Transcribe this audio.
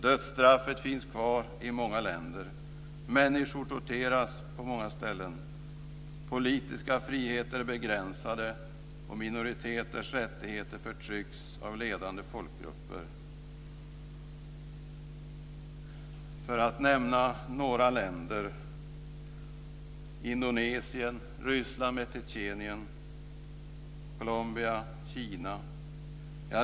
Dödsstraffet finns kvar i många länder, människor torteras på många ställen, politiska friheter är begränsade och minoriteters rättigheter förtrycks av ledande folkgrupper. För att nämna några länder tänker jag på situationen i Indonesien, Ryssland med Tjetjenien, Colombia, Kina.